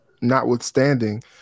notwithstanding